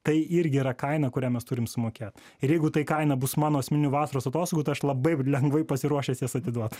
tai irgi yra kaina kurią mes turim sumokėt ir jeigu tai kaina bus mano asmenių vasaros atostogų tą aš labai lengvai pasiruošęs jas atiduot